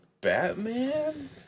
Batman